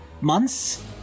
months